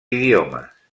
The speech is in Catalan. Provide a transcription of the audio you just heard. idiomes